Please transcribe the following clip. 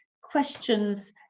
questions